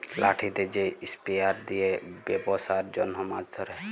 লাঠিতে যে স্পিয়ার দিয়ে বেপসার জনহ মাছ ধরে